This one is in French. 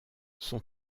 son